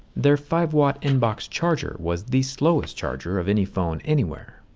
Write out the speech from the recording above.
their five watt inbox charger was the slowest charger of any phone anywhere.